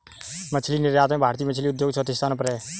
मछली निर्यात में भारतीय मछली उद्योग चौथे स्थान पर है